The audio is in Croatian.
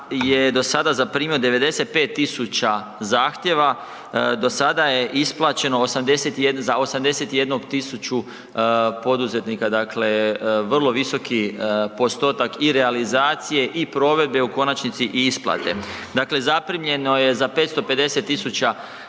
je dosada zaprimio 95.000 zahtijeva, do sada je isplaćeno za 81.000 poduzetnika, dakle vrlo visoki postotak i realizacije i provedbe u konačnici i isplate. Dakle, zaprimljeno je za 550.000